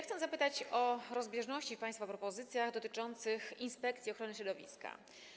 Chcę zapytać o rozbieżności w państwa propozycjach dotyczących Inspekcji Ochrony Środowiska.